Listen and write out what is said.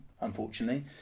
unfortunately